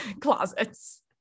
closets